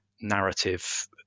narrative